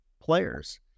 players